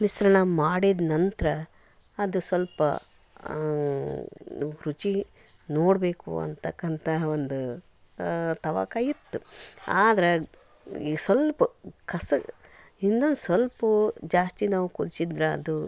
ಮಿಶ್ರಣ ಮಾಡಿದ ನಂತರ ಅದು ಸ್ವಲ್ಪ ರುಚಿ ನೋಡಬೇಕು ಅಂತಂಕ್ಕಂತಹ ಒಂದು ತವಕ ಇತ್ತು ಆದರೆ ಈ ಸಲ್ಪ ಕಸ್ ಇನ್ನೂ ಸಲ್ಪ ಜಾಸ್ತಿ ನಾವು ಕುದ್ಸಿದ್ರೆ ಅದು